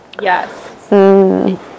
Yes